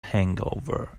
hangover